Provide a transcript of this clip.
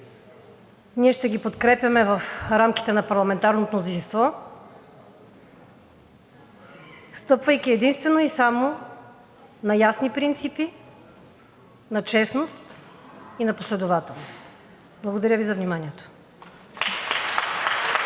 Ние ще ги подкрепяме в рамките на парламентарното мнозинство, стъпвайки единствено и само на ясни принципи, на честност и на последователност. Благодаря Ви за вниманието.